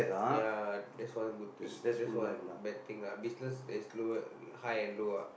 ya that's one good thing that's one bad thing lah business there is low high and low ah